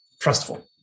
trustful